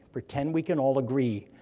pretend we can all agree,